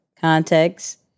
context